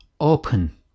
open